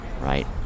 right